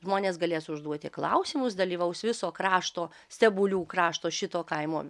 žmonės galės užduoti klausimus dalyvaus viso krašto stebulių krašto šito kaimo